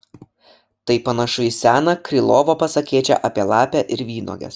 tai panašu į seną krylovo pasakėčią apie lapę ir vynuoges